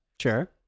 Sure